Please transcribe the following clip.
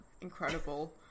Incredible